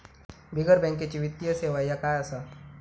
बिगर बँकेची वित्तीय सेवा ह्या काय असा?